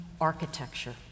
architecture